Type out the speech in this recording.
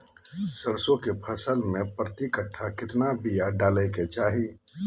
सरसों के फसल में प्रति कट्ठा कितना बिया डाले के चाही?